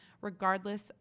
regardless